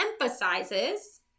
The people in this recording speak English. emphasizes